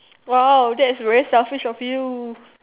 !wow! that's very selfish of you